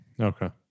Okay